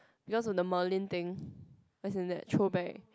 because of the Merlin as in that throwback